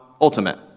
ultimate